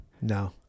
No